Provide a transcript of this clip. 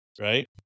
right